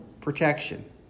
protection